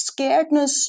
scaredness